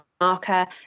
marker